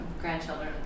grandchildren